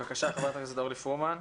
בבקשה, חברת הכנסת אורלי פרומן.